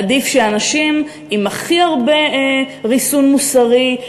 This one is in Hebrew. עדיף שאנשים עם הכי הרבה ריסון מוסרי,